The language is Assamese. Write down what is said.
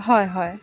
হয় হয়